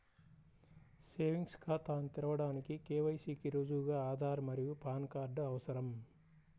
savings ఖాతాను తెరవడానికి KYC కి రుజువుగా ఆధార్ మరియు పాన్ కార్డ్ అవసరం